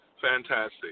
Fantastic